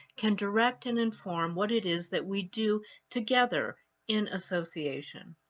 can direct and inform what it is that we do together in association.